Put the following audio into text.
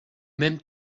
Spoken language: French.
même